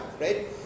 right